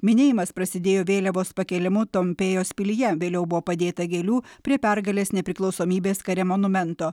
minėjimas prasidėjo vėliavos pakėlimu tompėjos pilyje vėliau buvo padėta gėlių prie pergalės nepriklausomybės kare monumento